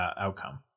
outcome